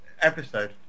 episode